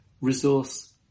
resource